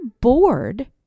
bored